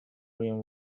rim